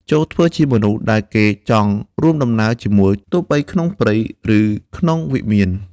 ចូរធ្វើខ្លួនជាមនុស្សដែលគេចង់រួមដំណើរជាមួយ ទោះបីក្នុងព្រៃ ឬក្នុងវិមាន។